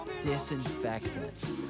disinfectant